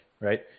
right